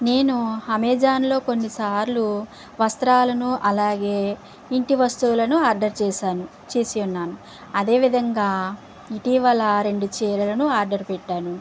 నేను అమెజాన్లో కొన్నిసార్లు వస్త్రాలను అలాగే ఇంటి వస్తువులను ఆర్డర్ చేశాను చేసి ఉన్నాను అదేవిధంగా ఇటీవల రెండు చీరలను ఆర్డర్ పెట్టాను